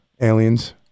aliens